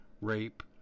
rape